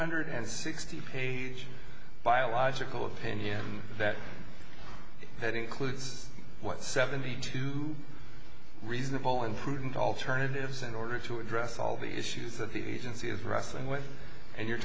hundred and sixty page biological opinion that it includes what seventy two reasonable and prudent alternatives in order to address all the issues of the agency is wrestling with and you're